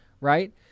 right